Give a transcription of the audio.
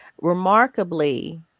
remarkably